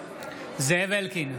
זאב אלקין,